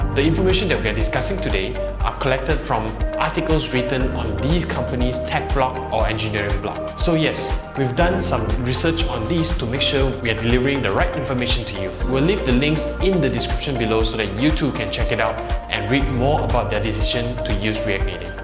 the information that we're discussing today are collected from articles written on these companies' tech blog or engineering blog. so yes, we've done some research on these to make sure we're delivering the right information to you. we'll leave the links in the the description below so that you too can check it out and read more about their decisions to use react